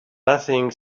nothing